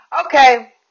Okay